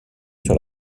sur